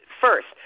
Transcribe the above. first